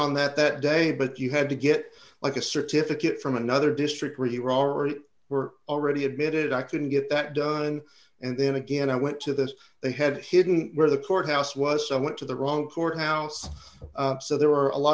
on that that day but you had to get like a certificate from another district here already we're already admitted i couldn't get that done and then again i went to this they had hidden where the courthouse was i went to the wrong courthouse so there were a lot